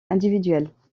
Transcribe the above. individuelles